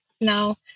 Now